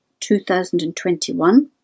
2021